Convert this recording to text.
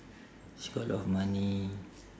she got a lot of money